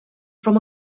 from